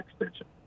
extension